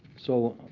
so